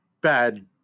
bad